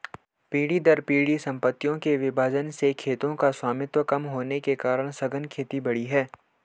पीढ़ी दर पीढ़ी सम्पत्तियों के विभाजन से खेतों का स्वामित्व कम होने के कारण सघन खेती बढ़ी है